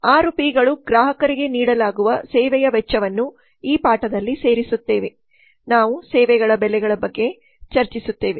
6ಪಿಗಳು ಗ್ರಾಹಕರಿಗೆ ನೀಡಲಾಗುವ ಸೇವೆಯ ವೆಚ್ಚವನ್ನು ಈ ಪಾಠದಲ್ಲಿ ಸೇರಿಸುತ್ತವೆ ನಾವು ಸೇವೆಗಳ ಬೆಲೆಗಳ ಬಗ್ಗೆ ಚರ್ಚಿಸುತ್ತೇವೆ